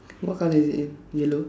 what colour is it in yellow